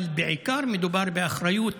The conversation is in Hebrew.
אבל בעיקר מדובר באחריות